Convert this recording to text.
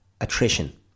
attrition